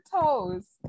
toes